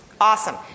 Awesome